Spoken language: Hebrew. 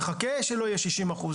מחכה שלא יהיה שישים אחוז,